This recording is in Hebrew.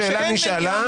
השאלה נשאלה.